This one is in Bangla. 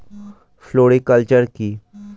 ফ্লোরিকালচার কি?